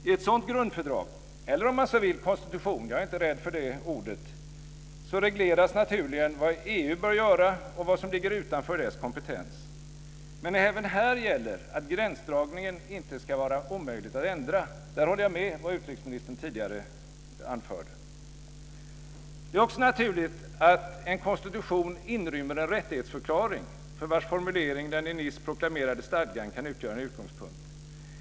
I ett sådant grundfördrag, eller om man så vill konstitution - jag är inte rädd för det ordet - regleras naturligen vad EU bör göra och vad som ligger utanför dess kompetens. Men även här gäller att gränsdragningen inte ska vara omöjlig att ändra. Där håller jag med om vad utrikesministern tidigare anförde. Det är också naturligt att en "konstitution" inrymmer en rättighetsförklaring, för vars formulering den i Nice proklamerade stadgan kan utgöra en utgångspunkt.